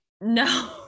No